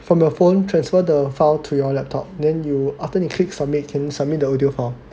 from your phone transfer the file to your laptop then you after you click submit can submit the audio file